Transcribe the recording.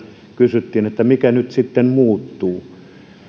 kysyttiin että mikä nyt sitten muuttuu